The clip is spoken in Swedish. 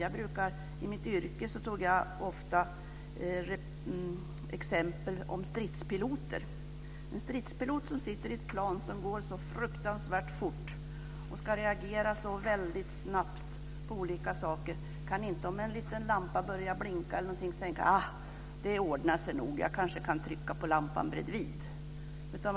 Jag valde i mitt yrke ofta stridspiloter som exempel. En stridspilot sitter i ett plan som går fruktansvärt fort, och han ska reagera väldigt snabbt i olika situationer. Om t.ex. en liten lampa börjar blinka kan han inte tänka: Det ordnar sig nog - jag kan kanske trycka på knappen intill.